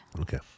Okay